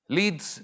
leads